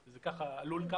לפחות כך עלול להיות,